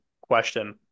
question